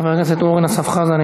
חבר הכנסת אורן אסף חזן,